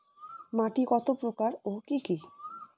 মাটি কতপ্রকার ও কি কী?